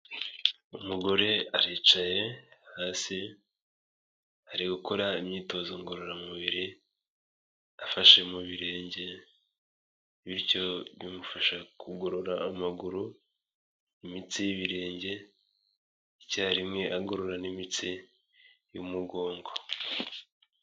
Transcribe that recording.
Umugore aricaye hasi, ari gukora imyitozo ngororamubiri. Afashe mu birenge bityo bimufasha kugorora amaguru, imitsi y'ibirenge icyarimwe agorora n'imitsi y'umugongo.